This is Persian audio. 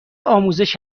آموزش